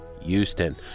Houston